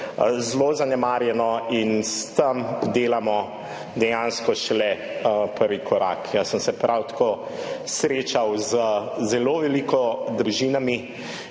zelo zanemarjeno in s tem delamo dejansko šele prvi korak. Jaz sem se prav tako srečal z zelo veliko družinami,